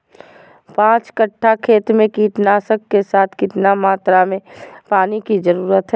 पांच कट्ठा खेत में कीटनाशक के साथ कितना मात्रा में पानी के जरूरत है?